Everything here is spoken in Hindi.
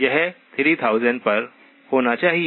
यह 3000 पर होना चाहिए